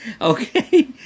Okay